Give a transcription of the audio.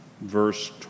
Verse